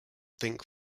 think